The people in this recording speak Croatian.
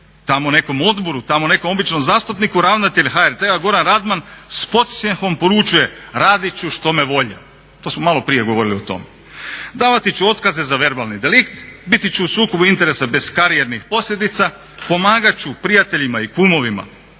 tamo nekom odboru, tamo nekom običnom zastupniku, ravnatelj HRT-a Goran Radman s podsmjehom poručuje radit ću što me volja. To smo maloprije govorili o tome. Davati ću otkaze za verbalni delikt, biti ću u sukobu interesa bez karijernih posljedica, pomagat ću prijateljima i kumovima,